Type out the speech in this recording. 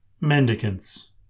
Mendicants